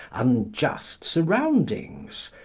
unjust surroundings.